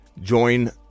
Join